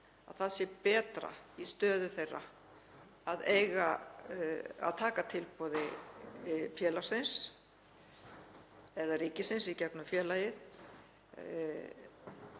að það sé betra í stöðu þeirra að taka tilboði félagsins eða ríkisins í gegnum félagið.